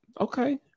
okay